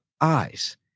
eyes